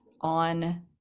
on